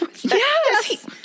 Yes